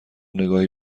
نگاهی